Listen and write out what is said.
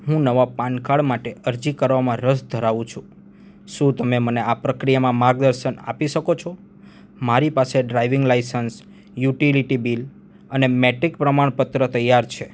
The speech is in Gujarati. હું નવા પાનકાડ માટે અરજી કરવામાં રસ ધરાવું છું શું તમે મને આ પ્રક્રિયામાં માર્ગદર્શન આપી શકો છો મારી પાસે ડ્રાઇવિંગ લાયસન્સ યુટિલિટી બિલ અને મેટ્રિક પ્રમાણપત્ર તૈયાર છે